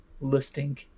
listing